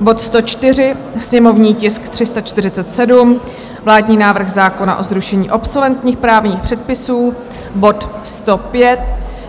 bod 104, sněmovní tisk 347, vládní návrh zákona o zrušení obsoletních právních předpisů; bod 105,